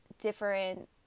different